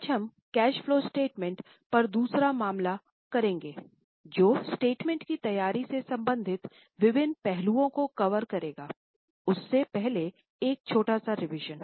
आज हम cash flow statement पर दूसरा मामला करेंगे जो स्टेटमेंट की तैयारी से संबंधित विभिन्न पहलुओं को कवर करेगा उससे पहले एक छोटा सा रविशन